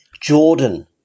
Jordan